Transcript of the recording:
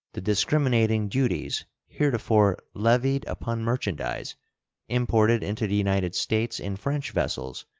the discriminating duties heretofore levied upon merchandise imported into the united states in french vessels,